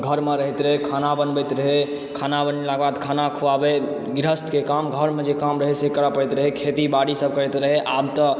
घर मऽ रहैत रहै खाना बनबैत रहै खाना बनेला के बाद खाना खुवाबै गृहस्त के काम घर मे जे काम रहै से करऽ परैत रहै खेती बाड़ी सब करैत रहै आब तऽ